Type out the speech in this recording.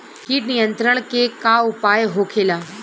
कीट नियंत्रण के का उपाय होखेला?